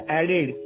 added